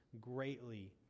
greatly